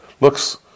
looks